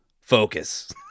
Focus